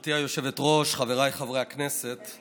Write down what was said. גברתי היושבת-ראש, חבריי חברי הכנסת,